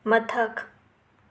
ꯃꯊꯛ